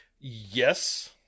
Yes